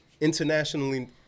internationally